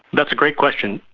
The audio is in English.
that's a great question.